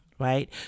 Right